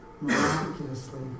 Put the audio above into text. miraculously